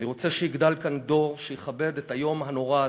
אני רוצה שיגדל כאן דור שיכבד את היום הנורא הזה.